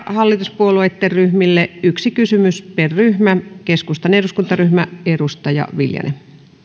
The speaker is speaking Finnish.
hallituspuolueitten ryhmille yksi kysymys per ryhmä keskustan eduskuntaryhmä edustaja viljanen